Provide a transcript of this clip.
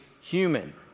human